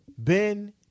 Ben